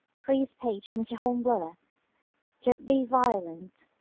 free speech, mr. hornblower don't be violent.